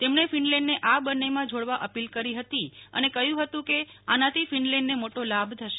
તેમણે ફિનલેંડને આ બંનેમાં જોડવા અપીલ કરી હતી અને કહ્યું હતું કે આનાથી ફિનલેંડનો મોટો લાભ થશે